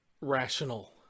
rational